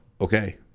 Okay